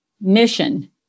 mission